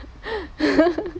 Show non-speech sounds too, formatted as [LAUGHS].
[LAUGHS]